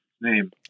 name